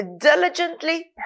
diligently